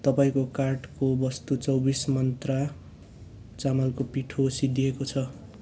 तपाईँको कार्टको वस्तु चौबिस मन्त्रा चामलको पिठो सिदिएको छ